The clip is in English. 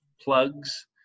plugs